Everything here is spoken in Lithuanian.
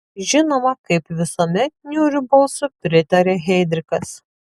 žinoma kaip visuomet niūriu balsu pritarė heidrichas